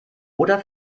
oder